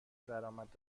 درآمد